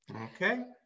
Okay